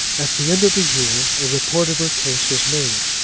at the end of the year a report of her case was made,